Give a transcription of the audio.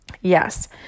Yes